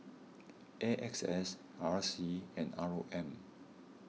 A X S R C and R O M